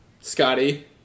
Scotty